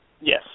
Yes